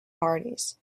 parties